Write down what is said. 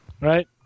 Right